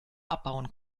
abbauen